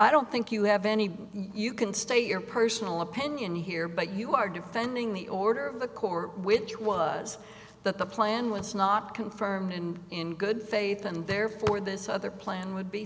i don't think you have any you can state your personal opinion here but you are defending the order of the court which was that the plan was not confirmed in good faith and therefore this other plan would be